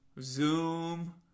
Zoom